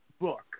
book